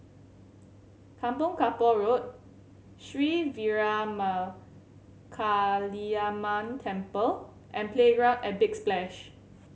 Kampong Kapor Road Sri Veeramakaliamman Temple and Playground at Big Splash